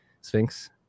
Sphinx